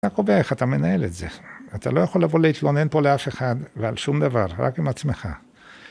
אתה קובע איך אתה מנהל את זה, אתה לא יכול לבוא להתלונן פה לאף אחד ועל שום דבר, רק עם עצמך.